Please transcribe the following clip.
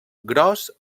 gros